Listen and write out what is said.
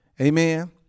Amen